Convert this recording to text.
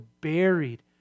buried